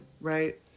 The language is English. right